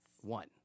One